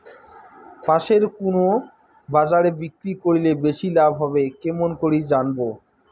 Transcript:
পাশের কুন বাজারে বিক্রি করিলে বেশি লাভ হবে কেমন করি জানবো?